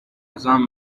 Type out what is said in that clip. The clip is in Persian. ازم